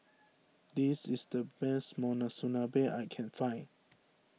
this is the best Monsunabe I can find